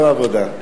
לא העבודה.